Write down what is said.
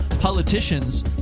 Politicians